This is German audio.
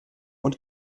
und